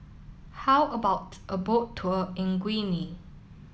how about a boat tour in